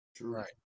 Right